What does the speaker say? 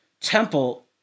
temple